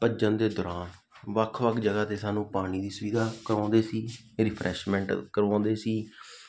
ਭੱਜਣ ਦੇ ਦੌਰਾਨ ਵੱਖ ਵੱਖ ਜਗ੍ਹਾ 'ਤੇ ਸਾਨੂੰ ਪਾਣੀ ਦੀ ਸੁਵਿਧਾ ਕਰਵਾਉਂਦੇ ਸੀ ਇਹ ਰਿਫਰੈਸ਼ਮੈਂਟ ਕਰਵਾਉਂਦੇ ਸੀ